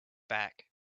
back